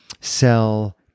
sell